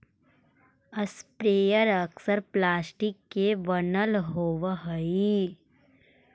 sprayer अक्सर plastic के बनल होवऽ हई